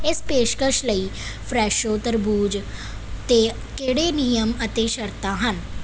ਇਸ ਪੇਸ਼ਕਸ਼ ਲਈ ਫਰੈਸ਼ੋ ਤਰਬੂਜ 'ਤੇ ਕਿਹੜੇ ਨਿਯਮ ਅਤੇ ਸ਼ਰਤਾਂ ਹਨ